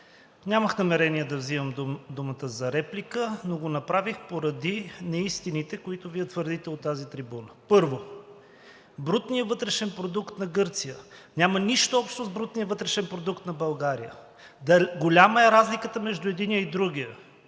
Нямах намерение да взимам думата за реплика, но го направих поради неистините, които Вие твърдите от тази трибуна. Първо, брутният вътрешен продукт на Гърция няма нищо общо с брутния вътрешен продукт на България. Голяма е разликата между единия и другия.